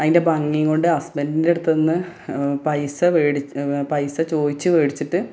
അതിൻ്റെ ഭംഗി കൊണ്ട് അസ്ബെൻറ്റിൻ്റെ അടുത്തുനിന്ന് പൈസ പൈസ ചോദിച്ച് വേടിച്ചിട്ട്